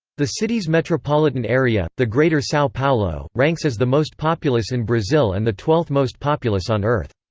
the city's metropolitan area, the greater sao paulo, ranks as the most populous in brazil and the twelfth most populous on earth.